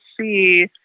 see